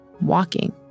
Walking